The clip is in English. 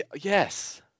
Yes